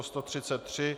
133.